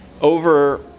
over